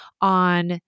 on